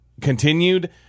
continued